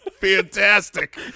fantastic